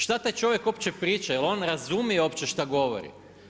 Šta taj čovjek uopće priča, je li on razumije uopće što govori?